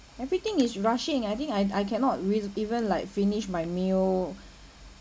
everything is rushing I think I I cannot with even like finished my meal